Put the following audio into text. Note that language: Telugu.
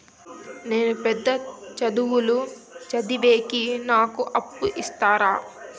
నేను పెద్ద చదువులు చదివేకి నాకు అప్పు ఇస్తారా